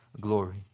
glory